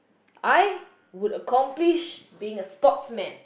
I would accomplish becoming a sportsman